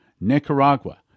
Nicaragua